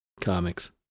comics